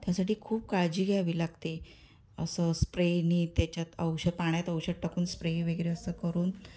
त्यासाठी खूप काळजी घ्यावी लागते असं स्प्रेने त्याच्यात औषध पाण्यात औषध टाकून स्प्रे वगैरे असं करून